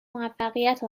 موفقیت